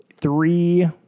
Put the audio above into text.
three